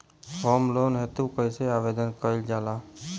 Home loan हेतु कइसे आवेदन कइल जाला?